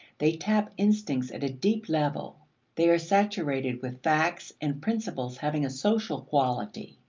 they tap instincts at a deep level they are saturated with facts and principles having a social quality.